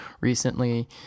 Recently